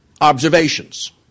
observations